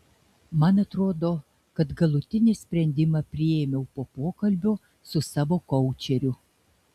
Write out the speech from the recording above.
man atrodo kad galutinį sprendimą priėmiau po pokalbio su savo koučeriu